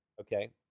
okay